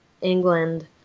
England